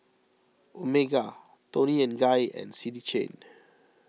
Omega Toni and Guy and City Chain